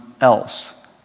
else